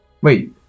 wait